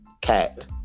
Cat